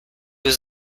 was